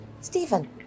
Stephen